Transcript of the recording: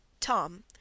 tom